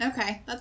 Okay